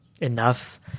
enough